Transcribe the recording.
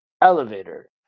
elevator